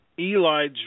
Eli